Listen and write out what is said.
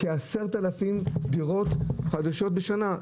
כ-10,000 דירות חדשות בשנה.